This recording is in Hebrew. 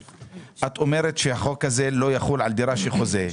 את אומרת שהחוק הזה לא יחול על דירה של חוזה,